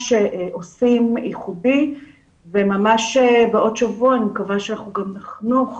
עושים ייחודי וממש בעוד שבוע אני מקווה שאנחנו גם נחנוך